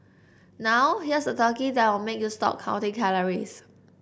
now here's a turkey that will make you stop counting calories